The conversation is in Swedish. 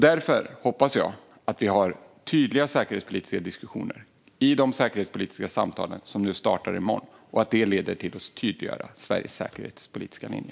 Därför hoppas jag att vi har tydliga säkerhetspolitiska diskussioner under de säkerhetspolitiska samtal som startar i morgon och att detta leder till att tydliggöra Sveriges säkerhetspolitiska linje.